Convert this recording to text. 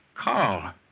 Carl